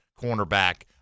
cornerback